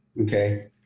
Okay